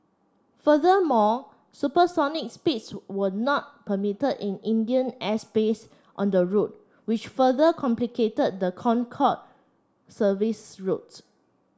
furthermore supersonic speeds were not permitted in Indian airspace on the route which further complicated the Concorde service's route